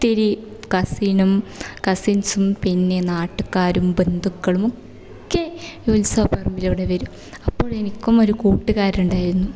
ഒത്തിരി കസിനും കസിന്സും പിന്നെ നാട്ടുകാരും ബന്ധുക്കളും ഒക്കെ ഉത്സവ പറമ്പിലൂടെ വരും അപ്പോൾ എനിക്കും ഒരു കൂട്ടുകാർ ഉണ്ടായിരുന്നു